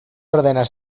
ordenas